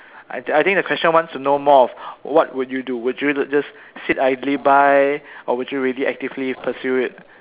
I I think the question wants to know more of what would you do would you just sit idly by or would you really actively pursue it